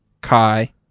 Kai